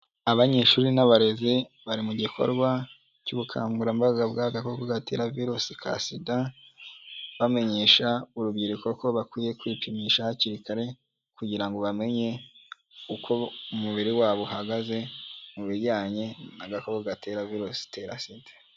Abanyeshuri n'abarezi bari mu gikorwa cy'ubukangurambaga bw'agakoko gatera virusi ka sida bamenyesha urubyiruko ko bakwiye kwipimisha hakiri kare kugira ngo bamenye uko umubiri wabo uhagaze mu bijyanye n'agakoko gatera virusi itera sida.